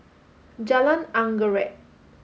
Jalan Anggerek